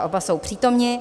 Oba jsou přítomni.